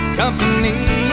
company